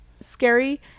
scary